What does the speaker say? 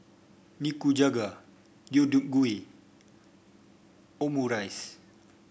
Nikujaga Deodeok Gui Omurice